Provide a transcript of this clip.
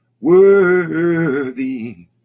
worthy